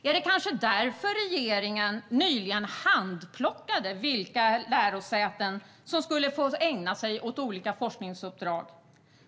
Är det kanske därför regeringen nyligen handplockade de lärosäten som skulle få ägna sig åt olika forskningsuppdrag?